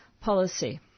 policy